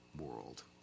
world